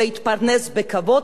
להתפרנס בכבוד,